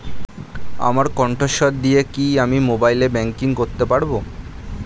আমার কন্ঠস্বর দিয়ে কি আমি মোবাইলে ব্যাংকিং করতে পারবো?